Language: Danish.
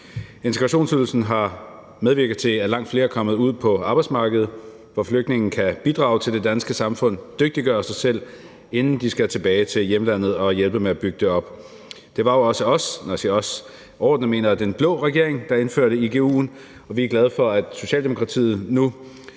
Integrationsydelsen har medvirket til, at langt flere flygtninge er kommet ud på arbejdsmarkedet, hvor de kan bidrage til det danske samfund og dygtiggøre sig selv, inden de skal tilbage til hjemlandet og hjælpe med at bygge det op. Det var jo også os – og når jeg siger »os«, mener jeg overordnet den blå regering – der indførte igu'en, og vi er glade for, at Socialdemokratiet nu